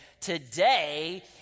today